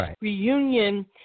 reunion